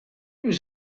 was